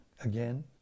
Again